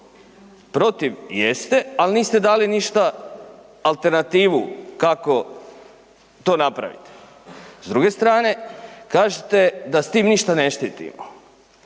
Protiv jeste, ali niste dali ništa alternativu kako to napraviti. S druge strane, kažete da s time ništa ne štitimo.